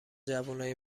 جوونای